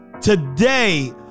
Today